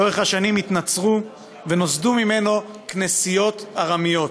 לאורך השנים הם התנצרו ונוסדו כנסיות ארמיות.